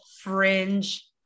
fringe